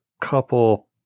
couple